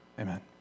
amen